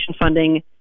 funding